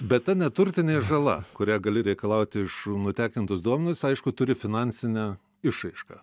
bet ta neturtinė žala kurią gali reikalauti iš nutekintus duomenis aišku turi finansinę išraišką